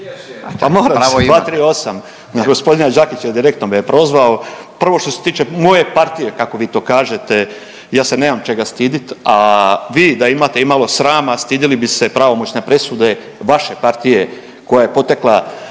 Pa moram 238. g. Đakića direktno me je prozvao. Prvo što se tiče moje partije kako vi to kažete, ja se nemam čega stidit, a vi da imate imalo srama stidili bi se pravomoćne presude vaše partije koja je potekla